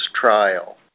trial